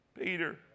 Peter